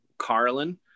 carlin